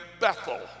Bethel